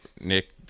Nick